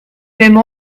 même